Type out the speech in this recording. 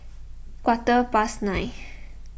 quarter past nine